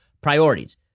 priorities